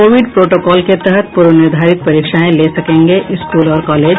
Covid protocol के तहत पूर्व निर्धारित परीक्षाएं ले सकेंगे स्कूल और कॉलेज